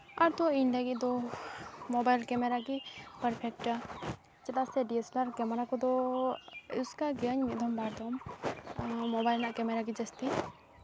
ᱟᱫᱚ ᱤᱧ ᱞᱟᱹᱜᱤᱫ ᱫᱚ ᱢᱳᱵᱟᱭᱤᱞ ᱠᱮᱢᱮᱨᱟ ᱜᱮ ᱯᱟᱨᱯᱷᱮᱠᱴᱟ ᱪᱮᱫᱟᱜ ᱥᱮ ᱰᱤᱭᱮᱥᱮᱞᱟᱨ ᱠᱮᱢᱮᱨᱟ ᱠᱚᱫᱚ ᱤᱭᱩᱡᱽ ᱠᱟᱜ ᱜᱤᱭᱟᱹᱧ ᱢᱤᱫ ᱫᱷᱚᱢ ᱵᱟᱨ ᱫᱷᱚᱢ ᱢᱳᱵᱟᱭᱤᱞ ᱨᱮᱱᱟᱜ ᱠᱮᱢᱮᱨᱟ ᱜᱮ ᱡᱟᱹᱥᱛᱤ